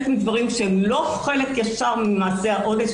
דברים שהם לא חלקים שנובעים ישירות ממעשה האונס